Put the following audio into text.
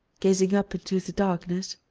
gazing up into the darkness